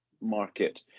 market